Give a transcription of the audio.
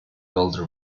older